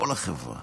כל החברה,